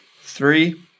Three